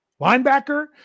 linebacker